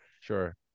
Sure